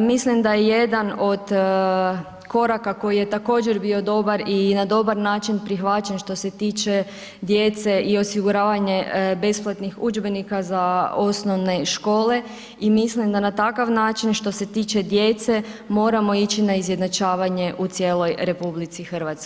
mislim da je jedan od koraka koji je također bio dobar i na dobar način prihvaćen što se tiče djece i osiguravanje besplatnih udžbenika za osnovne škole i mislim da na takav način što se tiče djece moramo ići na izjednačavanje u cijeloj RH.